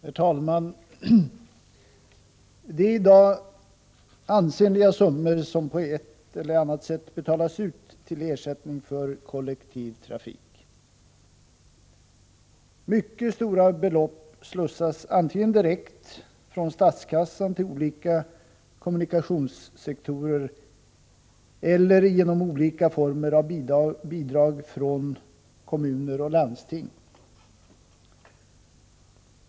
Herr talman! Det är i dag ansenliga summor som på ett eller annat sätt betalas ut i ersättning till kollektiv trafik. Mycket stora belopp slussas antingen direkt från statskassan till olika kommunikationssektorer eller genom olika former av bidrag från kommuner och landsting.